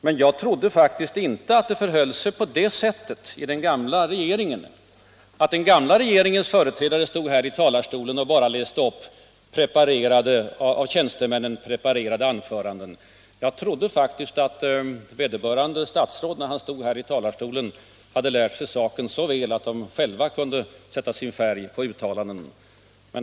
Men jag trodde faktiskt inte att det förhöll sig på det sättet att den gamla regeringens företrädare stod här i talarstolen och bara läste upp av tjänstemännen preparerade anföranden. Jag trodde att statsråden när de stod här i talarstolen hade satt sig in i frågorna så väl att de kunde sätta sin färg på uttalandena.